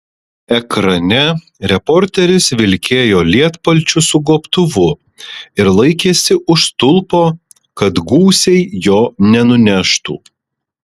ekrane reporteris vilkėjo lietpalčiu su gobtuvu ir laikėsi už stulpo kad gūsiai jo nenuneštų